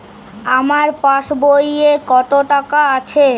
আমার পাসবই এ কত টাকা আছে?